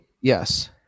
Yes